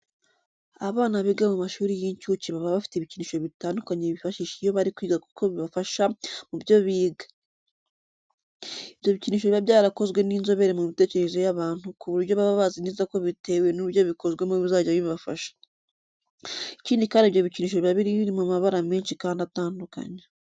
Abana biga mu mashuri y'uncuke baba bafite ibikinisho bitandukanye bifashisha iyo bari kwiga kuko bibafasha mu byo biga. Ibyo bikinisho biba byarakozwe n'inzobere mu mitekerereze y'abantu ku buryo baba bazi neza ko bitewe n'uburyo bikozwemo bizajya bibafasha. Ikindi kandi ibyo bikinisho biba bari mu mabara menshi kandi atandukanye.